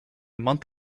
month